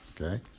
Okay